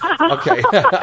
okay